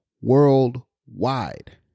worldwide